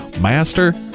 Master